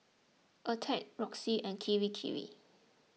Attack Roxy and Kirei Kirei